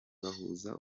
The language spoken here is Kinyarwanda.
bahuza